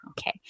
Okay